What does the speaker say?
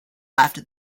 left